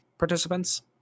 Participants